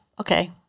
okay